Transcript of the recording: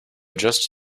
just